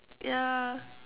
yeah